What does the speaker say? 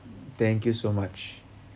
thank you so much